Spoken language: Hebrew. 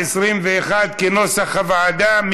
כנוסח הוועדה.